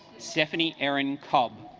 stephanie erin cobb